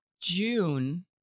June